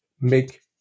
make